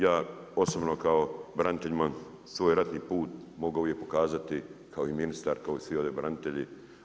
Ja osobno kao branitelj imam svoj ratni put, mogao bi pokazati, kao i ministar, kao i svi ovdje branitelji.